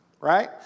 right